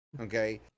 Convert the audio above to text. Okay